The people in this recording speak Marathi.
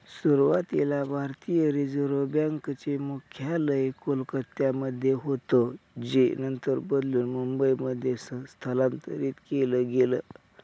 सुरुवातीला भारतीय रिझर्व बँक चे मुख्यालय कोलकत्यामध्ये होतं जे नंतर बदलून मुंबईमध्ये स्थलांतरीत केलं गेलं